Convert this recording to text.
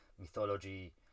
mythology